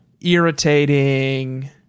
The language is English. irritating